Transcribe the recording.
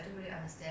mm